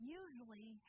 usually